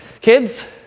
Kids